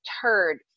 turd